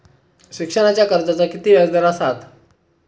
शिक्षणाच्या कर्जाचा किती व्याजदर असात?